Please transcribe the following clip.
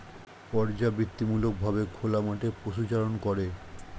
পর্যাবৃত্তিমূলক ভাবে খোলা মাঠে পশুচারণ করে